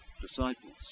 disciples